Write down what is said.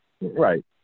Right